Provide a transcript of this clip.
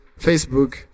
facebook